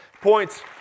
Points